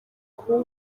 kuba